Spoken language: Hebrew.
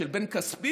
של בן כספית?